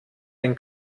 den